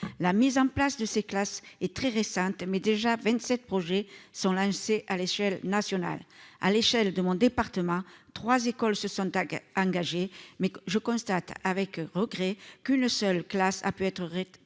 la mise en place de ces classes est très récente mais déjà 27 projets sont lancés à l'échelle nationale, à l'échelle de mon département, 3 écoles se sont engager mais je constate avec regret qu'une seule classe, ça peut être répertoriés